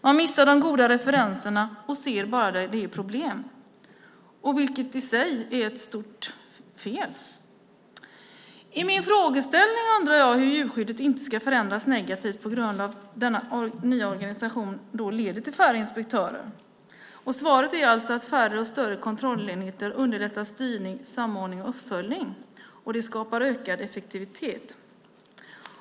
Man missar de goda referenserna och ser bara där det är problem, vilket i sig är ett stort fel. I min interpellation undrar jag hur man ska trygga att djurskyddet inte förändras negativt på grund av att denna nya organisation leder till färre inspektörer. Svaret är att färre och större kontrollenheter underlättar styrningen, samordningen och uppföljningen och att det skapar ökad effektivitet.